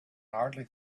hardly